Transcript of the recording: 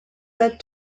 said